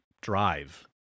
drive